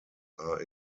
are